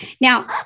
Now